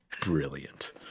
brilliant